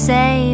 Say